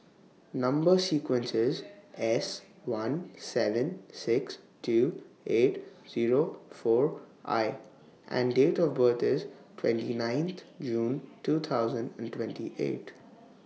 Number sequence IS S one seven six two eight Zero four I and Date of birth IS twenty nine June two thousand and twenty eight